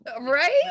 Right